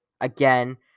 again